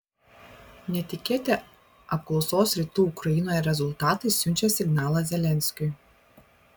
netikėti apklausos rytų ukrainoje rezultatai siunčia signalą zelenskiui